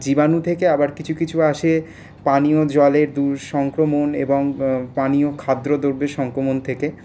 জীবাণু থেকে আবার কিছু কিছু আসে পানীয় জলের দূর সংক্রমণ এবং পানীয় খাদ্য দ্রব্যের সংক্রমণ থেকে